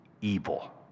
evil